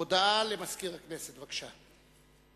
הודעה למזכיר הכנסת, בבקשה.